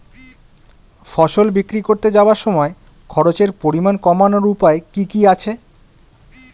ফসল বিক্রি করতে যাওয়ার সময় খরচের পরিমাণ কমানোর উপায় কি কি আছে?